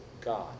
God